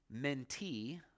mentee